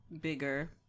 Bigger